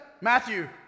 Matthew